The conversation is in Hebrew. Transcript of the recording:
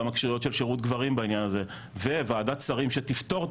גם הכשירויות של שירות גברים בעניין הזה וועדת שרים שתפתור את